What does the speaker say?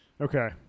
Okay